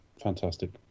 Fantastic